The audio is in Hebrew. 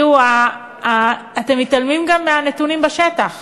תראו, אתם מתעלמים גם מהנתונים בשטח: